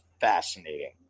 fascinating